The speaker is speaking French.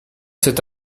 cet